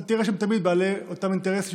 אתה תראה שם תמיד את בעלי אותם אינטרסים,